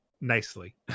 nicely